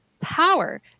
power